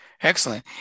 Excellent